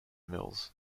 mills